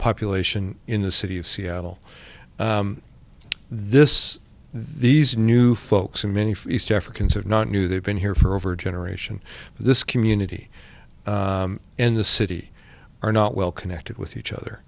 population in the city of seattle this these new folks and many for east africans are not new they've been here for over a generation this community and the city are not well connected with each other